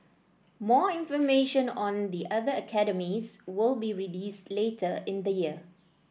more information on the other academies will be released later in the year